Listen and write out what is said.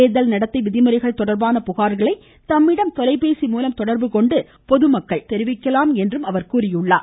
தேர்தல் நடத்தை விதிமுறைகள் தொடர்பான புகார்களை தம்மிடம் தொலைபேசி மூலம் தொடர்புகொண்டு பொதுமக்கள் தெரிவிக்கலாம் என்றும் அவர் கூறினார்